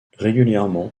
régulièrement